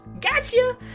Gotcha